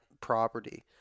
property